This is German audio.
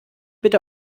bitte